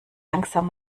langsam